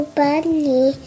bunny